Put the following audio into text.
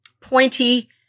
pointy